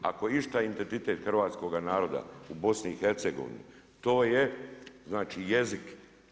Ako je išta identitet hrvatskoga naroda u BiH-a to je znači jezik.